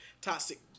Toxic